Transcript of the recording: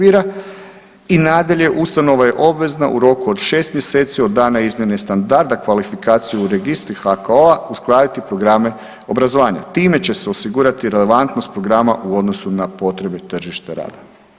I nadalje ustanova je obvezna u roku od 6 mjeseci od dana izmjene standarda kvalifikacija u registru HKO-a uskladiti programe obrazovanja, time će se osigurati relevantnost programa u odnosu na potrebu tržišta rada.